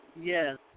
Yes